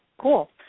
cool